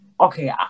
okay